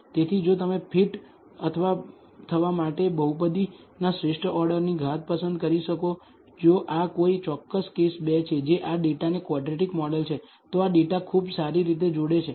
તેથી જો તમે ફિટ થવા માટે બહુપદીના શ્રેષ્ઠ ઓર્ડરની ઘાત પસંદ કરી શકો છો જો આ કોઈ ચોક્કસ કેસ 2 છે જે આ ડેટાને ક્વોડ્રેટિક મોડેલ છે તો આ ડેટા ખૂબ સારી રીતે જોડે છે